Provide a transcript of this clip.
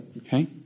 okay